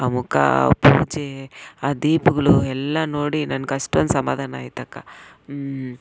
ಆ ಮುಖ ಪೂಜೆ ಆ ದೀಪಗಳು ಎಲ್ಲ ನೋಡಿ ನನ್ಗೆ ಅಷ್ಟೊಂದು ಸಮಾಧಾನ ಆಯಿತಕ್ಕ ಹ್ಞೂ